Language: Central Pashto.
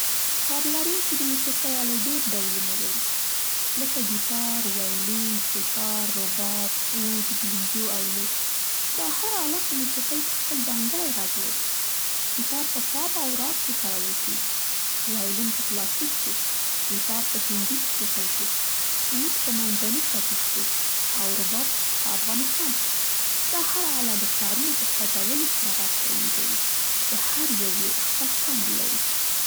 تار لرونکي د موسیقۍ آلې ډېر ډولونه لري، لکه ګیتار، ویلون، سیتار، رباب، عود، بینجو او نور. دا هره آله په موسیقۍ کې خپل ځانګړی غږ لري. ګیتار په پاپ او راګ کې کارول کیږي، وایلن په کلاسیک کې، سیټار په هندي موسیقۍ کې، عود په منځني ختیځ کې او رباب په افغانستان کې. دا هره آله د تارونو په خوځولو سره غږ تولیدوي چې هر یو یې خپل خوند لري.